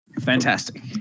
Fantastic